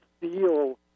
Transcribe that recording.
feel